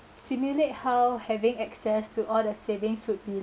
simulate how having access to all the savings would be